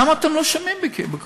למה אתם לא שומעים בקולי?